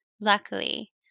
luckily